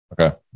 Okay